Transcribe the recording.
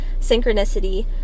synchronicity